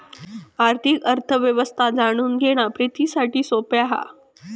आर्थिक अर्थ व्यवस्था जाणून घेणा प्रितीसाठी सोप्या हा